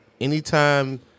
anytime